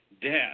death